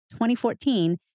2014